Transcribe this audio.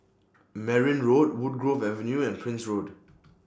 Merryn Road Woodgrove Avenue and Prince Road